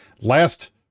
last